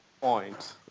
point